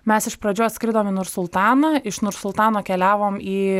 mes iš pradžių atskridom į nursultaną iš nursultano keliavom į